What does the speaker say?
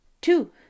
two